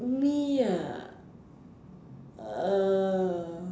me ah err